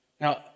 Now